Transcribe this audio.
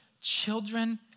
children